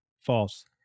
False